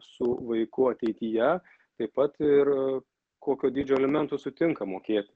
su vaiku ateityje taip pat ir kokio dydžio alimentus sutinka mokėti